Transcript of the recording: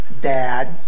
Dad